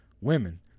women